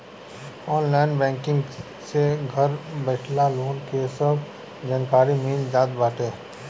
online banking से घर बइठल लोन के सब जानकारी मिल जात बाटे